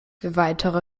weitere